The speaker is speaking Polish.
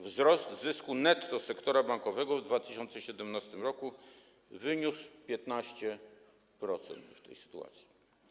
Wzrost zysku netto sektora bankowego w 2017 r. wyniósłby 15% w tej sytuacji.